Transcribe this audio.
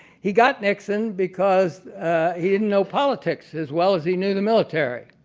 he got nixon because he didn't know politics as well as he knew the military.